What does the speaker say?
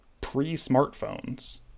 pre-smartphones